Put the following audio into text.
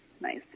nice